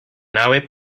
nave